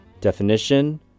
definition